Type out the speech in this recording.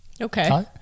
Okay